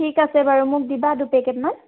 ঠিক আছে বাৰু মোক দিবা দুপেকেটমান